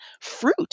fruit